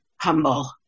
humble